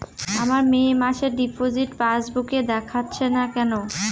আমার মে মাসের ডিপোজিট পাসবুকে দেখাচ্ছে না কেন?